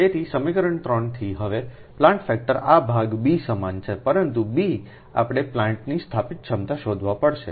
તેથી સમીકરણ 3 થી હવે પ્લાન્ટ ફેક્ટર આ ભાગ b સમાન છે પરંતુ b આપણે પ્લાન્ટની સ્થાપિત ક્ષમતા શોધવા પડશે